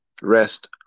Rest